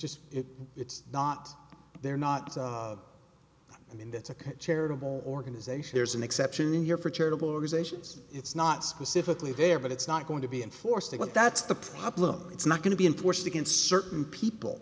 st it's not they're not i mean that's a charitable organization there's an exception here for charitable organizations it's not specifically there but it's not going to be enforced but that's the problem it's not going to be enforced against certain people